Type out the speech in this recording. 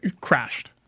crashed